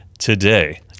Today